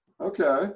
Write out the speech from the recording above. Okay